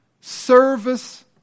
service